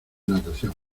natación